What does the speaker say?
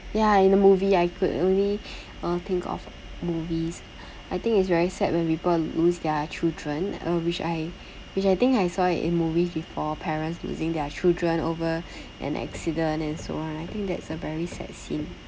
ya in a movie I could only uh think of movies I think it's very sad when people lose their children uh which I which I think I saw it in movies before parents losing their children over an accident and so on I think that's a very sad scene